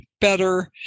better